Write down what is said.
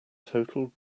total